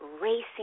racing